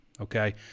Okay